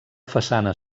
façana